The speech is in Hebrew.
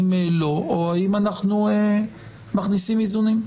אם לא או אם אנחנו מכניסים איזונים.